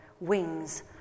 wings